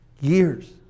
Years